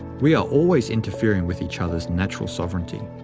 we are always interfering with each other's natural sovereignty.